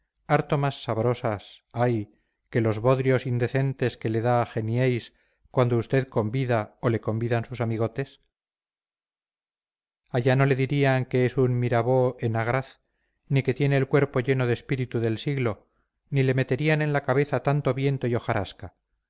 harto más sabrosas ay que los bodrios indecentes que le da genieys cuando usted convida o le convidan sus amigotes allá no le dirían que es un mirabeau en agraz ni que tiene el cuerpo lleno de espíritu del siglo ni le meterían en la cabeza tanto viento y